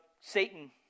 Satan